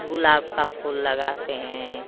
गुलाब का फूल लगाते हैं